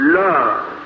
love